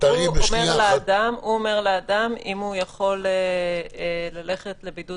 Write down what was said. הוא אומר לאדם אם הוא יכול ללכת לבידוד